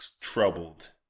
troubled